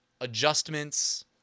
adjustments